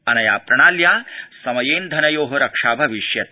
अनया प्रणाल्या समयेन्धनयो रक्षा भविष्यति